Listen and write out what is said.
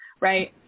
right